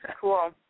Cool